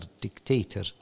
dictator